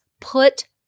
Put